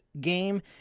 game